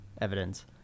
evidence